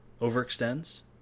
overextends